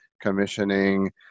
commissioning